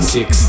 Six